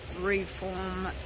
reform